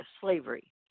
slavery